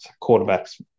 quarterback's